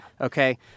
Okay